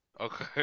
Okay